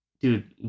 dude